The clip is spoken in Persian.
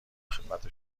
خدمت